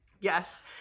Yes